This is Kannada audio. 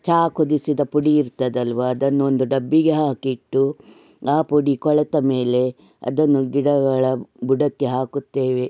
ಚಾ ಕುದಿಸಿದ ಪುಡಿ ಇರ್ತದಲ್ವಾ ಅದನ್ನೊಂದು ಡಬ್ಬಿಗೆ ಹಾಕಿಟ್ಟು ಆ ಪುಡಿ ಕೊಳೆತ ಮೇಲೆ ಅದನ್ನು ಗಿಡಗಳ ಬುಡಕ್ಕೆ ಹಾಕುತ್ತೇವೆ